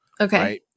okay